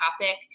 topic